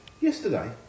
yesterday